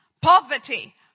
poverty